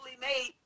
made